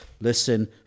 listen